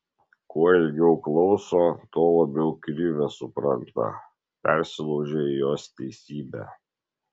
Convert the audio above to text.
kuo ilgiau klauso tuo labiau krivę supranta persilaužia į jos teisybę